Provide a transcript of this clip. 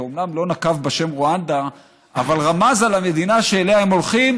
שאומנם לא נקב בשם רואנדה אבל רמז על המדינה שאליה הם הולכים,